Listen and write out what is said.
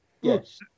Yes